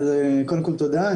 קודם כל תודה.